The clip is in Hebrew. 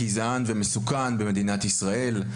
גזען ומסוכן במדינת ישראל.